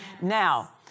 Now